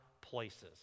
places